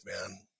man